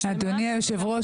אדוני היושב-ראש,